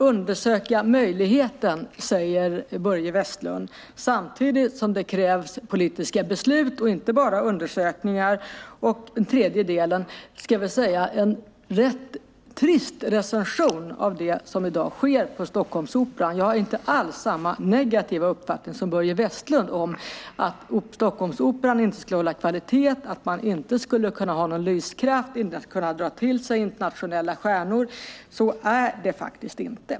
Undersöka möjligheten, säger Börje Vestlund, samtidigt som det krävs politiska beslut och inte bara undersökningar, och den tredje delen tycker jag är en rätt trist recension av det som i dag sker på Stockholmsoperan. Jag har inte alls samma negativa uppfattning som Börje Vestlund om att Stockholmsoperan inte skulle hålla kvaliteten, att man inte skulle ha någon lyskraft, inte skulle kunna dra till sig internationella stjärnor. Så är det faktiskt inte.